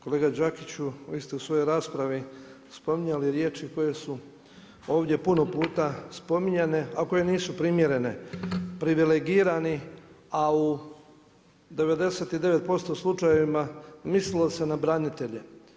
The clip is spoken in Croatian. Kolega Đakiću, vi ste u svojoj raspravi spominjali riječi koje su ovdje puno puta spominjane a koje nisu primjerene, privilegirani, a u 99% slučajevima, mislilo se na branitelje.